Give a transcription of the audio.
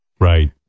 Right